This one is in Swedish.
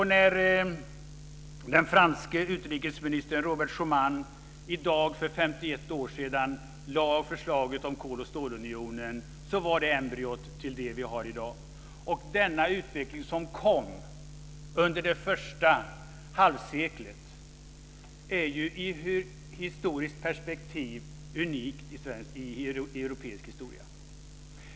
När den franske utrikesministern Robert Schuman i dag för 51 år sedan lade fram förslaget om kol och stålunionen, lades embryot till det vi har i dag fram. Utvecklingen under första halvseklet är unik i europeisk historia.